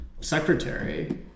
secretary